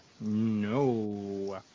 No